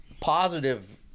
positive